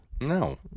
No